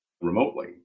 remotely